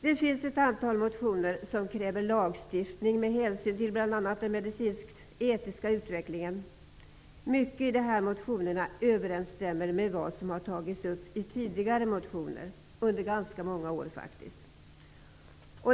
Det finns ett antal motioner där man kräver lagstiftning med hänsyn till bl.a. den medicinsketiska utvecklingen. Mycket i dessa motioner överenstämmer med vad som tagits upp i tidigare motioner under ganska många år.